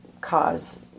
cause